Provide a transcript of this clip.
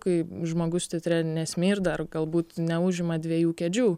kai žmogus teatre nesmirda ar galbūt neužima dviejų kėdžių